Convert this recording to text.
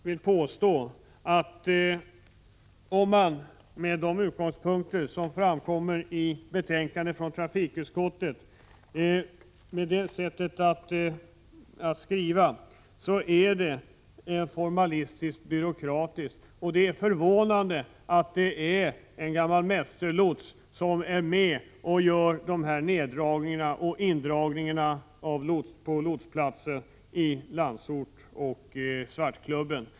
När det gäller de utgångspunkter som framkommer i betänkandet från trafikutskottet vill jag påstå att de verkar formalistiska och byråkratiska, som de är skrivna. Det är förvånande att en gammal mästerlots är med om att göra dessa indragningar på lotsplatserna på Landsort och Svartklubben.